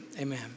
amen